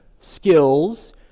skills